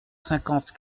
cinquante